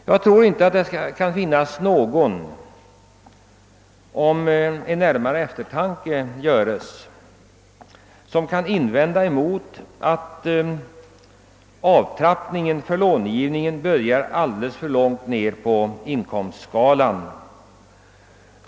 Jag tror inte att någon vid närmare eftertanke kan anse annat än att avtrappningen för 'långivningen börjar alldeles för långt ned på inkomstskalan.